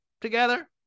together